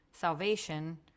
salvation